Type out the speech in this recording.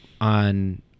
on